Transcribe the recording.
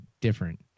different